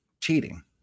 cheating